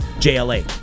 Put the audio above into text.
JLA